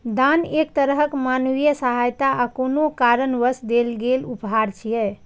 दान एक तरहक मानवीय सहायता आ कोनो कारणवश देल गेल उपहार छियै